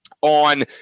on